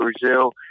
Brazil